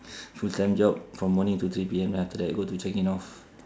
full time job from morning to three P_M then after that go to changi north